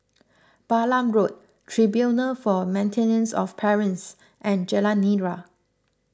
Balam Road Tribunal for Maintenance of Parents and Jalan Nira